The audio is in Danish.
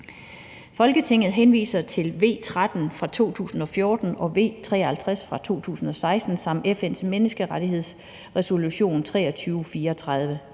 »Folketinget henviser til V 13 fra 2014 og V 53 fra 2016 samt FN’s sikkerhedsrådsresolution 2334.